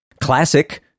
Classic